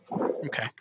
Okay